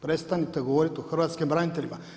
Prestanite govoriti o hrvatskim braniteljima.